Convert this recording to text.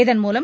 இதன்மூலம்